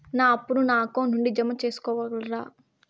నా అప్పును నా అకౌంట్ నుండి జామ సేసుకోగలరా?